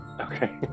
Okay